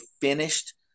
finished